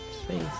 space